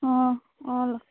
অঁ অঁ